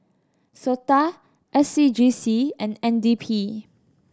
sOTA S C G C and N D P